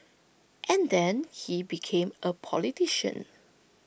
and then he became A politician